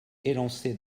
élancée